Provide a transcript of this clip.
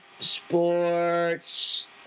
Sports